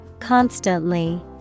Constantly